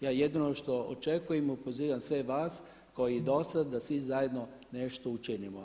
Ja jedino što očekujem i pozivam sve vas koji dosad da svi zajedno nešto učinimo.